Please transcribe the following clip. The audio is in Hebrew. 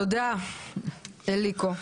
תודה, אליקו,